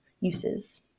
uses